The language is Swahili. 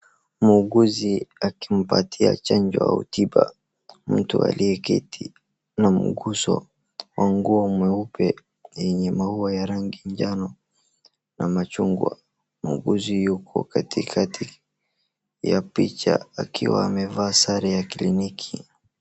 Muuguzi akimpatia chanjo au tiba mtu aliyeketi na muguso wa nguo mweupe yenye maua ya rangi njano na machungwa. Muuguzi yuko katikati ya picha akiwa amevaa sare ya kliniki.